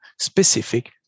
specific